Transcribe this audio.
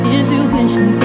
Intuition